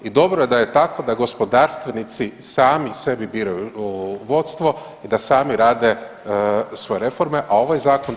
I dobro je da je tako da gospodarstvenici sami sebi biraju vodstvo i da sami rade svoje reforme, a ovaj zakon da